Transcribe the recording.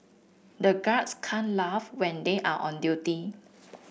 the guards can't laugh when they are on duty